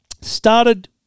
started